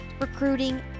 recruiting